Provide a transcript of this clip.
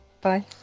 bye